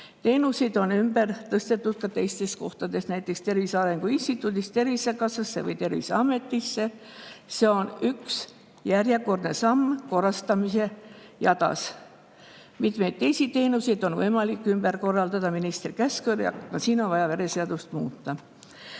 Teenuseid on ümber tõstetud ka teistes kohtades, näiteks Tervise Arengu Instituudist Tervisekassasse või Terviseametisse. See on üks järjekordne samm korrastamise jadas. Mitmeid teisi teenuseid on võimalik ümber korraldada ministri käskkirjaga, aga siin on vaja vereseadust muuta. Teie